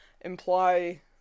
imply